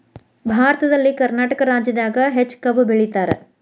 ಭಾರತದಲ್ಲಿ ಕರ್ನಾಟಕ ರಾಜ್ಯದಾಗ ಹೆಚ್ಚ ಕಬ್ಬ್ ಬೆಳಿತಾರ